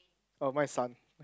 oh mine is sun